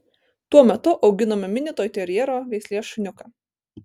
tuo metu auginome mini toiterjero veislės šuniuką